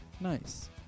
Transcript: Nice